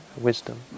wisdom